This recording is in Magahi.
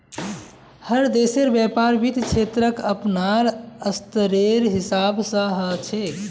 हर देशेर व्यापार वित्त क्षेत्रक अपनार स्तरेर हिसाब स ह छेक